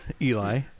eli